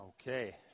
okay